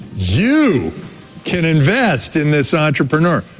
you can invest in this entrepreneur.